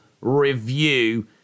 review